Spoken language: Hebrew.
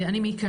אני מיקה,